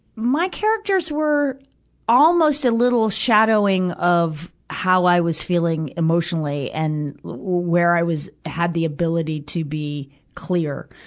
my characters were almost a little shadowing of how i was feeling emotionally and where i was, had the ability to be clear.